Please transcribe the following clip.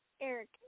eric